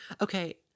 Okay